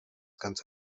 ganz